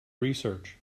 research